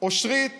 אושרית